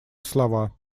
слова